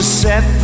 set